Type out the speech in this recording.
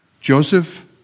Joseph